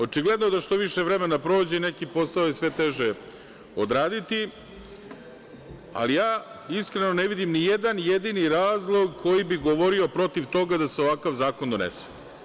Očigledno da što više vremena prođe, sve je teže odraditi, ali iskreno ne vidim ni jedan jedini razlog koji bi govorio protiv toga da se ovakav zakon donese.